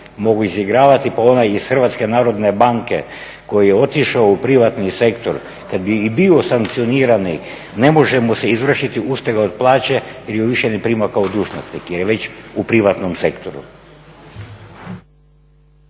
mogu izigravati pa onaj iz HNB-a koji je otišao u privatni sektor kad bi i bio sankcioniran ne može mu se izvršiti ustega od plaće jer je više ne prima kao dužnosnik jer je već u privatnom sektoru.